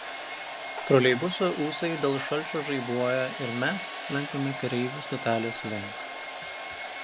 troleibuso ūsai dėl šalčio žaibuoja ir mes slenkame kareivių stotelės link